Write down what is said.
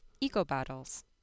eco-bottles